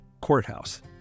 courthouse